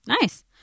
nice